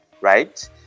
right